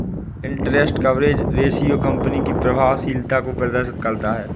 interest coverage ratio company की प्रभावशीलता को प्रदर्शित करता है